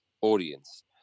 audience